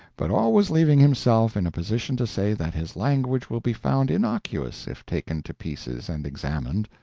but always leaving himself in a position to say that his language will be found innocuous if taken to pieces and examined.